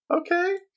Okay